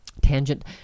tangent